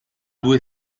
due